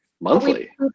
monthly